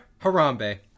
Harambe